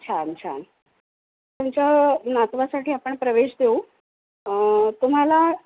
छान छान तुमच्या नातवासाठी आपण प्रवेश देऊ तुम्हाला